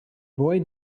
boy